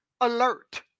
alert